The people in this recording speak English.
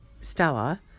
Stella